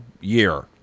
year